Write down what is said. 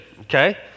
okay